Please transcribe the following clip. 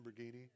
Lamborghini